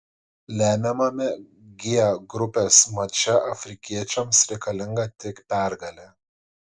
lemiamame g grupės mače afrikiečiams reikalinga tik pergalė